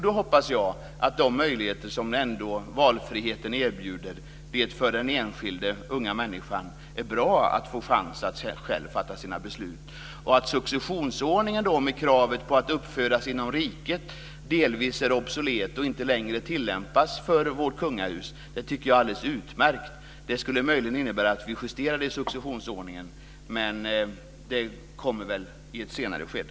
Då hoppas jag att de möjligheter som valfriheten innebär att den enskilda unga människan själv får fatta beslut. Att successionsordningen med sitt krav på att man ska vara uppfödd inom riket delvis är obsolet och inte längre tillämpas på vårt kungahus tycker jag är alldeles utmärkt. Det skulle möjligen innebära en justering av successionsordningen, men det kommer väl i ett senare skede.